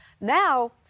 Now